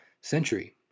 century